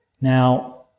Now